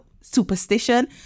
superstition